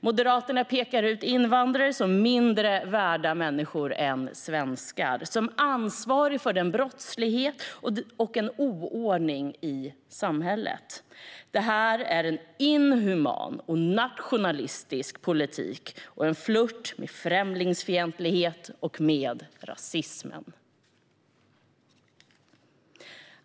Moderaterna pekar ut invandrare som mindre värda människor än svenskar och som ansvariga för brottslighet och oordning i samhället. Det är en inhuman och nationalistisk politik och en flirt med främlingsfientlighet och rasism.